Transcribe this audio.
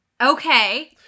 Okay